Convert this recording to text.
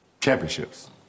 championships